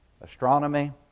astronomy